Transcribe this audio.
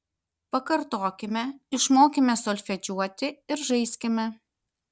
pakartokime išmokime solfedžiuoti ir žaiskime